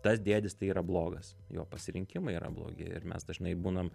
tas dėdis tai yra blogas jo pasirinkimai yra blogi ir mes dažnai būnam